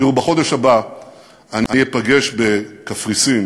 תראו, בחודש הבא אני אפגש בקפריסין